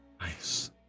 Nice